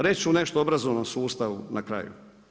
Reći ću nešto u obrazovnom sustavu na kraju.